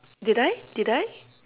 did I did I